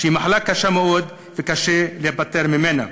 שהיא מחלה קשה מאוד וקשה להיפטר ממנה.